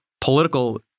political